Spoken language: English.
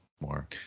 more